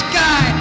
guy